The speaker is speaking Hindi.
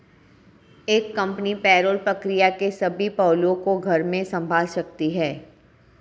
एक कंपनी पेरोल प्रक्रिया के सभी पहलुओं को घर में संभाल सकती है